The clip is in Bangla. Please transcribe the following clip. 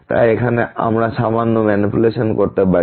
তাই এখন এখানে আমরা সামান্য ম্যানিপুলেশন করতে পারি